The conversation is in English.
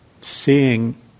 Seeing